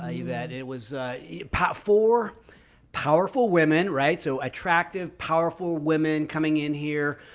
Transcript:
ah you that it was packed for powerful women, right? so attractive, powerful women coming in here.